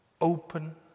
Open